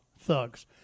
thugs